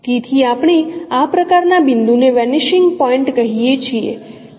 તેથી આપણે આ પ્રકારના બિંદુને વેનીશિંગ પોઇન્ટ કહીએ છીએ